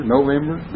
November